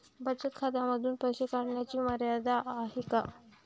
बचत खात्यांमधून पैसे काढण्याची मर्यादा आहे का?